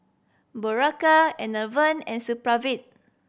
Berocca Enervon and Supravit